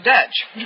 Dutch